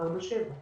שעות ביממה.